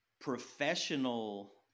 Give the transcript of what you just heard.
professional